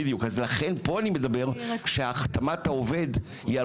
ולכן פה אני אומר שהחתמת העובד זה על